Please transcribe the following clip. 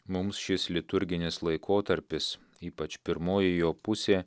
mums šis liturginis laikotarpis ypač pirmoji jo pusė